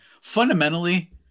Fundamentally